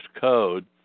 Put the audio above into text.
code